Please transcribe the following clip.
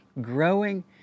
growing